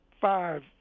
five